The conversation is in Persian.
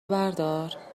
بردار